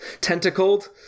tentacled